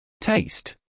Taste